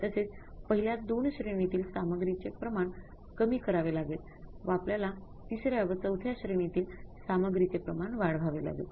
तसेच पहिल्या २ श्रेणीतील सामग्रीचे प्रमाण कमी करावे लागेल व आपल्यला तिसऱ्या व चौथ्या श्रेणीतील सामग्रीचे प्रमाण वाढवावे लागेल